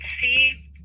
see